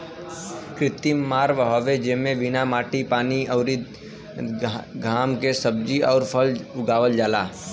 कृत्रिम फॉर्म हवे जेमे बिना माटी पानी अउरी घाम के सब्जी अउर फल उगावल जाला